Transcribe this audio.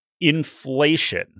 inflation